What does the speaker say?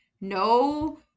No